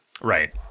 Right